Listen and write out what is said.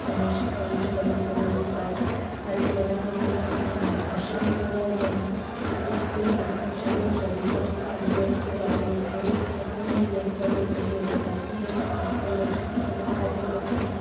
महर्षि पंतजलि के नाम पर हरिद्वार में उन्होंने आश्रम खोला हुआ है जिसके माध्यम से वो सभी को योग के बारे में प्रेरित करते हैं योग करने के लिए बताते हैं कि आपको योग से कितने फायदे होते हैं